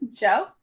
Joe